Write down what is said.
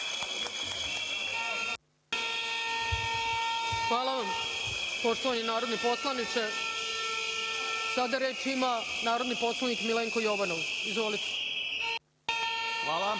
Hvala vam, poštovani narodni poslaniče. Sada reč ima narodni poslanik Milenko Jovanov. Izvolite. **Milenko